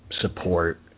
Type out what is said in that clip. support